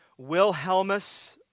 Wilhelmus